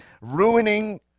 ruining